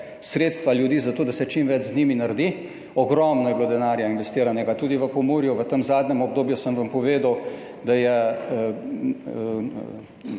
sredstva ljudi za to, da se čim več z njimi naredi, ogromno denarja je bilo investiranega, tudi v Pomurju. V tem zadnjem obdobju sem vam povedal, da je